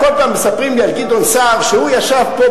כל פעם מספרים לי על גדעון סער שהוא ישב פה,